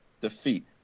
defeat